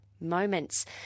moments